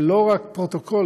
אבל לא רק פרוטוקולים,